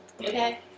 okay